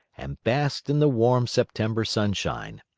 and basked in the warm september sunshine.